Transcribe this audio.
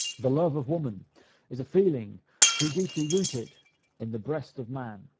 the love of woman is a feeling too deeply rooted in the breast of man,